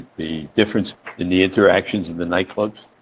the difference in the interactions in the nightclubs,